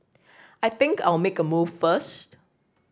I think I'll make a move first